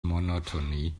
monotony